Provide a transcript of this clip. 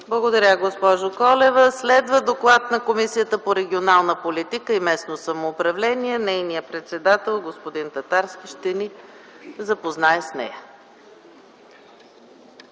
Благодаря, госпожо Колева. Следва Доклад на Комисията по регионална политика и местно самоуправление. Нейният председател господин Татарски ще ни запознае с